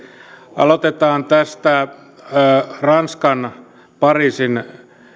aloitetaan tästä pariisin